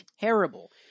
terrible